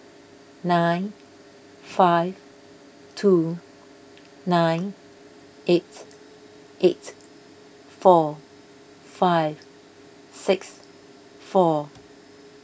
nine five two nine eight eight four five six four